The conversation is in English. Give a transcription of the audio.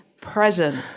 present